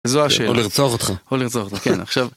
זו השאלה. או לרצוח אותך. או לרצוח אותך, כן עכשיו.